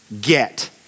get